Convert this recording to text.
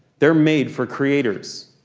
they're made for creators.